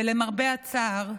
ולמרבה הצער,